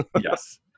Yes